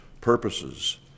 purposes